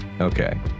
Okay